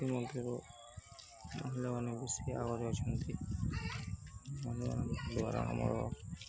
ମହିଳାମାନେ ବେଶୀ ଆଗରେ ଅଛନ୍ତି ମହିଳାଙ୍କ ଦ୍ୱାରା ଆମର